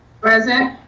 present.